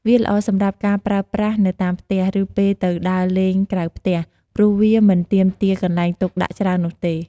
វាល្អសម្រាប់ការប្រើប្រាស់នៅតាមផ្ទះ ឬពេលទៅដើរលេងក្រៅផ្ទះ ព្រោះវាមិនទាមទារកន្លែងទុកដាក់ច្រើននោះទេ។